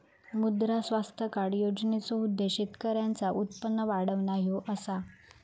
मुद्रा स्वास्थ्य कार्ड योजनेचो उद्देश्य शेतकऱ्यांचा उत्पन्न वाढवणा ह्यो असा